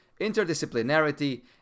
Interdisciplinarity